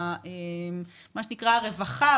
מה שנקרא הרווחה.